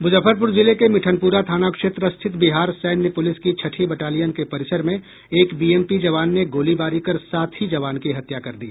मुजफ्फरपुर जिले के मिठनपुरा थाना क्षेत्र स्थित बिहार सैन्य पुलिस की छठी बटालियन के परिसर में एक बीएमपी जवान ने गोलीबारी कर साथी जवान की हत्या कर दी